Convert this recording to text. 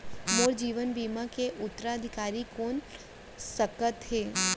मोर जीवन बीमा के उत्तराधिकारी कोन सकत हे?